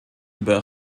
über